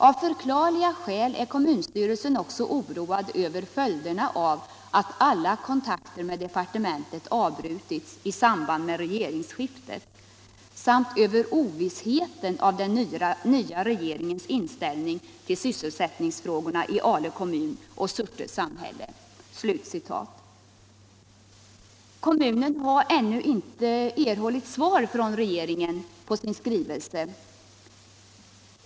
Av förklarliga skäl är kommunstyrelsen också oroad över följderna av att alla kontakter med departementet avbrutits i samband med regeringsskiftet, samt över ovissheten av den nya regeringens inställning till sysselsättningsfrågorna i Ale kommun och Surte samhälle.” Kommunen har ännu inte erhållit svar från regeringen på sin skrivelse.